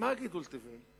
מה גידול טבעי?